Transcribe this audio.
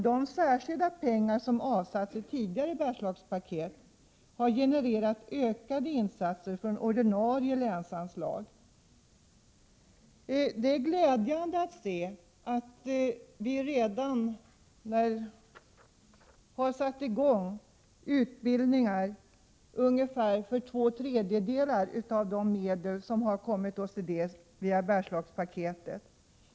De särskilda pengar som avsatts i tidigare Bergslagspaket har genererat ökade insatser från ordinarie länsanslag. Det är glädjande att se att vi redan har satt i gång utbildningar för ungefär två tredjedelar av de medel som kommit oss till del via Bergslagspaketet.